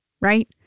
right